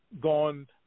gone